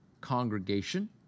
congregation